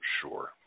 Sure